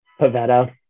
Pavetta